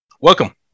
welcome